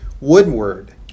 Woodward